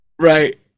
right